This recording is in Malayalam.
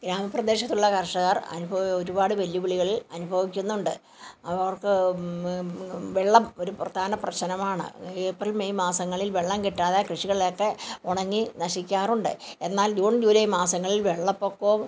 ഗ്രാമപ്രദേശത്തുള്ള കർഷകർ അനുഭവ ഒരുപാട് വെല്ലുവിളികൾ അനുഭവിക്കുന്നുണ്ട് അവർക്ക് വെള്ളം ഒരു പ്രധാന പ്രശ്നമാണ് ഏപ്രിൽ മെയ് മാസങ്ങളിൽ വെള്ളം കിട്ടാതെ കൃഷികളൊക്കെ ഉണങ്ങി നശിക്കാറുണ്ട് എന്നാൽ ജൂൺ ജൂലായ് മാസങ്ങളിൽ വെള്ളപ്പൊക്കവും